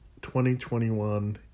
2021